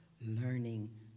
learning